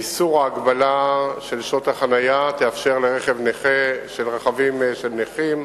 איסור ההגבלה של שעות החנייה יאפשר לרכבים של נכים,